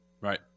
right